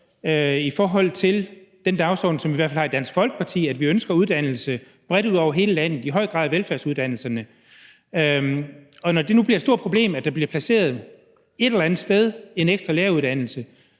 spørgsmål om den dagsorden, som vi i hvert fald har i Dansk Folkeparti, altså at vi ønsker uddannelse bredt ud over hele landet, i høj grad velfærdsuddannelserne. Og når nu det bliver et stort problem, at der bliver placeret en ekstra læreruddannelse